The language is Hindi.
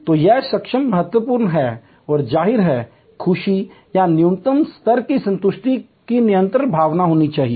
तो यह सक्षमता महत्वपूर्ण है और जाहिर है खुशी या न्यूनतम स्तर की संतुष्टि की निरंतर भावना होनी चाहिए